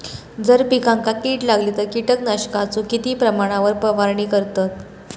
जर पिकांका कीड लागली तर कीटकनाशकाचो किती प्रमाणावर फवारणी करतत?